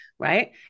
Right